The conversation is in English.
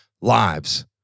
lives